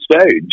stage